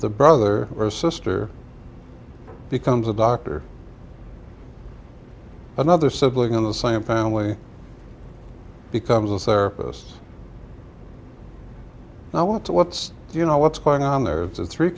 the brother or sister becomes a doctor another sibling in the same family becomes a serapis and i want to what do you know what's going on there it's three